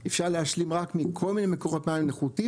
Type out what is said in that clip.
אפשר להשלים רק מכל מיני מקורות מים נחותים.